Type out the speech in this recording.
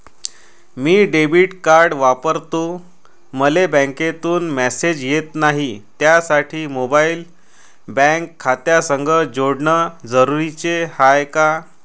मी debit card वापरतो मले बँकेतून मॅसेज येत नाही, त्यासाठी मोबाईल बँक खात्यासंग जोडनं जरुरी हाय का?